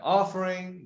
offering